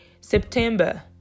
September